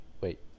Wait